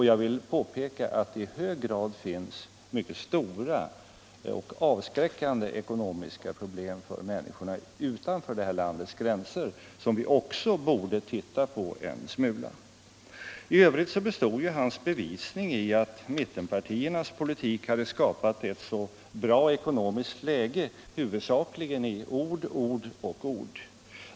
Jag vill påpeka att det finns mycket stora och avskräckande ekonomiska problem för människorna utanför vårt lands gränser, som vi också borde titta på en smula. I övrigt bestod herr Åslings bevis för att mittenpartiernas politik skapat ett så bra ekonomiskt läge huvudsakligen i ord, ord och ord.